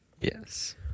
Yes